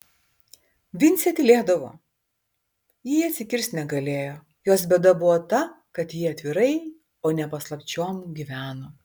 vincė tylėdavo ji atsikirsti negalėjo jos bėda buvo ta kad ji atvirai o ne paslapčiom gyveno